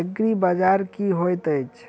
एग्रीबाजार की होइत अछि?